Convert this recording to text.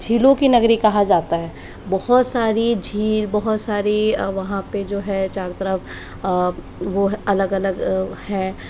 झीलों की नगरी कहा जाता है बहुत सारी झील बहुत सारी वहाँ पर जो है चारों तरफ वो अलग अलग है